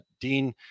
Dean